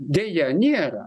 deja nėra